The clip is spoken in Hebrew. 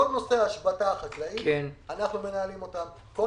כל נושא ההשבתה החקלאית אנחנו מנהלים אותו,